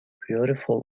beautiful